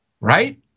right